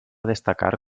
destacar